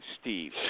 Steve